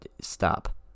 stop